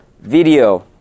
video